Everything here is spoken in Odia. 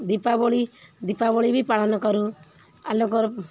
ଦୀପାବଳି ଦୀପାବଳି ବି ପାଳନ କରୁ ଆଲୋକର